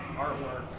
artwork